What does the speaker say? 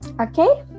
okay